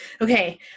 Okay